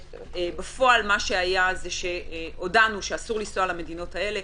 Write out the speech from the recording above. בפועל מה שהיה זה שהודענו שאסור לנסוע למדינות האלה.